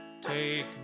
Take